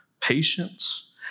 patience